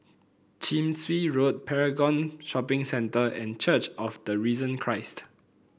Chin Swee Road Paragon Shopping Centre and Church of the Risen Christ